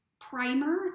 primer